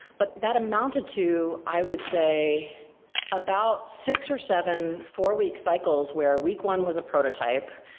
but that amounted to i would say about six or seven four-week cycles where week one was a prototype,